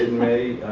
may.